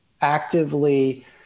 actively